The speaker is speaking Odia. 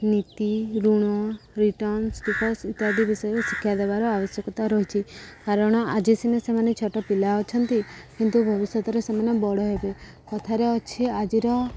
ନୀତି ଋଣ ରିଟର୍ନ୍ ଇତ୍ୟାଦି ବିଷୟରେ ଶିକ୍ଷା ଦେବାର ଆବଶ୍ୟକତା ରହିଛି କାରଣ ଆଜି ସିନା ସେମାନେ ଛୋଟ ପିଲା ଅଛନ୍ତି କିନ୍ତୁ ଭବିଷ୍ୟତରେ ସେମାନେ ବଡ଼ ହେବେ କଥାରେ ଅଛି ଆଜିର